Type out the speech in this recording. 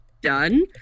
done